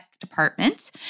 department